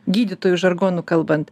gydytojų žargonu kalbant